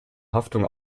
haftung